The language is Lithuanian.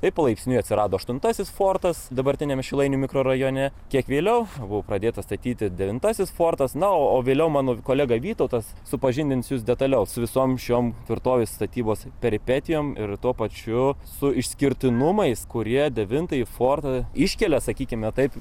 taip palaipsniui atsirado aštuntasis fortas dabartiniame šilainių mikrorajone kiek vėliau buvo pradėtas statyti devintasis fortas na o vėliau mano kolega vytautas supažindins jus detaliau visoms šioms tvirtovės statybos peripetijom ir tuo pačiu su išskirtinumais kurie devintąjį fortą iškelia sakykime taip